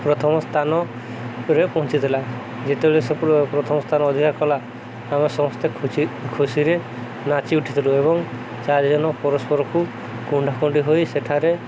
ପ୍ରଥମ ସ୍ଥାନରେ ପହଞ୍ଚିଥିଲା ଯେତେବେଳେ ସେ ପ୍ରଥମ ସ୍ଥାନ ଅଧିକାର କଲା ଆମେ ସମସ୍ତେ ଖୁସି ଖୁସିରେ ନାଚି ଉଠିଥିଲୁ ଏବଂ ଚାରିଜଣ ପରସ୍ପରକୁ କୁଣ୍ଢା କୁଣ୍ଡି ହୋଇ ସେଠାରେ